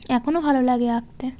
এখনও ভালো লাগে আঁকতে